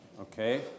Okay